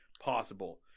possible